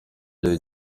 iryo